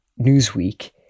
Newsweek